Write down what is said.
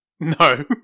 No